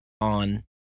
on